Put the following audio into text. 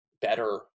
better